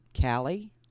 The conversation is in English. Callie